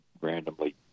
randomly